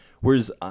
Whereas